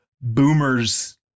boomers